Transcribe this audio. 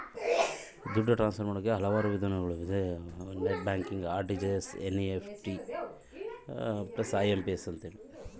ದುಡ್ಡು ಟ್ರಾನ್ಸ್ಫರ್ ಮಾಡಾಕ ಇನ್ನೂ ಯಾವ ಯಾವ ವಿಧಾನ ಅದವು?